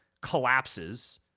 collapses